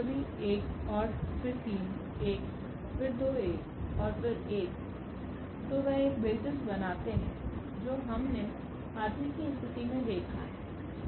सभी 1 और फिर तीन 1 फिर दो एक और 1 तो वे एक बेसिस बनाते हैं जो हमने R3 की स्थिति में देखा है